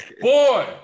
Boy